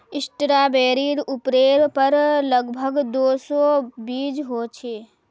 स्ट्रॉबेरीर उपरेर पर लग भग दो सौ बीज ह छे